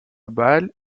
bâle